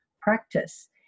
practice